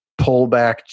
pullback